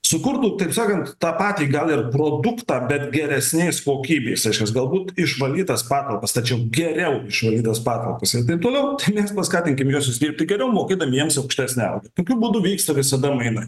sukurtų taip sakant tą patį gal ir produktą bet geresnės kokybės reiškias galbūt išvalyt tas patalpas tačiau geriau išvalyt patalpas ir taip toliau tai mes paskatinkim juosius dirbti geriau mokėdami jiems aukštesnę algą tokiu būdu vyksta visada mainai